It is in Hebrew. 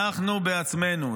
אנחנו בעצמנו.